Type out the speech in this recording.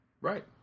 Right